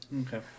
Okay